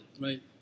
Right